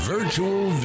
Virtual